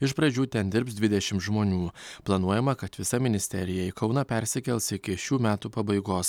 iš pradžių ten dirbs dvidešim žmonių planuojama kad visa ministerija į kauną persikels iki šių metų pabaigos